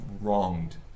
wronged